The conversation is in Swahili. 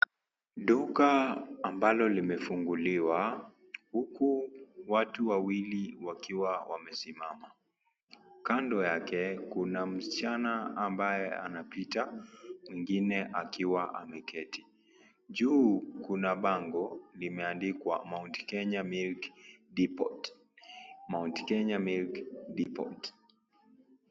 Duka ambalo limefunguliwa huku watu wawili wakiwa wamesimama, kando yake kuna msichana ambaye anapita mwingine akiwa ameketi. Juu kuna bango limeandikwa Mount Kenya Milk Depot. Mount Kenya Milk Depot.